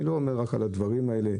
אני לא מדבר רק על הדברים האלה.